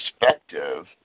perspective